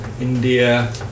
India